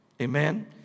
Amen